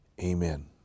amen